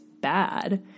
bad